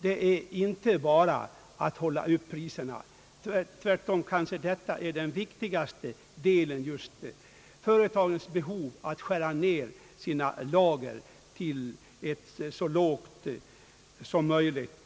Det är inte bara för att hålla priserna uppe. Tvärtom är kanske det viktigaste skälet företagens behov att skära ned sina lager så mycket som möjligt.